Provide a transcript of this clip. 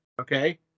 okay